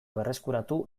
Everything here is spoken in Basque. berreskuratu